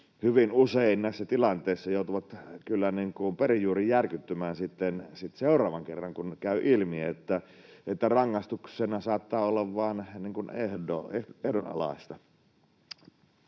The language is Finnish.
hyvin usein näissä tilanteissa joutuvat kyllä perin juurin järkyttymään seuraavan kerran sitten, kun käy ilmi, että rangaistuksena saattaa olla vain ehdonalaista.